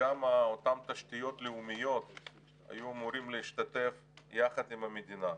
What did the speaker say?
וגם אותן תשתיות לאומיות היו אמורות להשתתף יחד עם המדינה.